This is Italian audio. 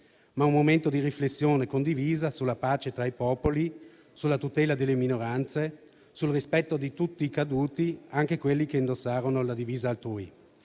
di un momento di riflessione condivisa sulla pace tra i popoli, sulla tutela delle minoranze, sul rispetto di tutti i caduti, anche quelli che indossarono la divisa altrui.